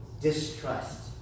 distrust